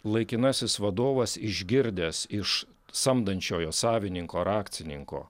laikinasis vadovas išgirdęs iš samdančiojo savininko ar akcininko